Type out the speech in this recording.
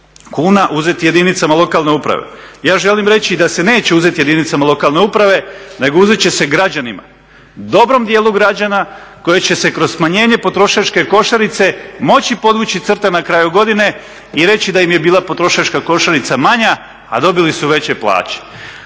kuna uzeti jedinicama lokalne uprave, ja želim reći da se neće uzeti jedinicama lokalne uprave nego će se uzeti građanima dobrom dijelu građana koje će se kroz smanjenje potrošačke košarice moći podvući crta nakraju godine i reći da im je bila potrošačka košarica manja, a dobili su veće plaće.